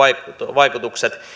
vaikutukset